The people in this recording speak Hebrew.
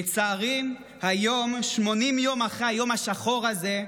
לצערי, היום, 80 יום אחרי היום השחור הזה,